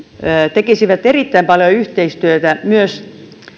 tekisivät erittäin paljon yhteistyötä myös